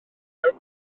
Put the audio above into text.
fferm